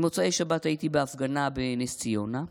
במוצאי שבת הייתי בהפגנה בנס ציונה,